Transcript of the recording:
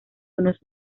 unos